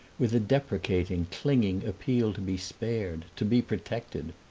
with a deprecating, clinging appeal to be spared, to be protected.